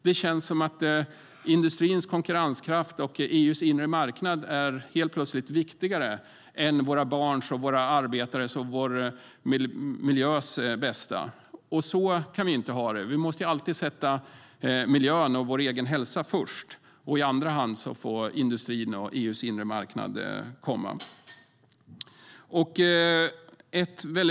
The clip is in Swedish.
Det känns som att industrins konkurrenskraft och EU:s inre marknad helt plötsligt är viktigare än våra barns, våra arbetares och vår miljös bästa. Så kan vi inte ha det. Vi måste alltid sätta miljön och vår egen hälsa främst. Industrin och EU:s inre marknad får komma i andra hand.